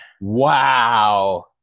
Wow